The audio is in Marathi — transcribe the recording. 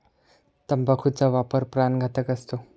तंबाखूचा वापर प्राणघातक असतो